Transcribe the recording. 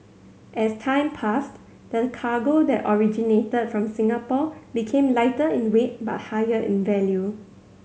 as time passed the cargo that originated from Singapore became lighter in weight but higher in value